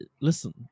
listen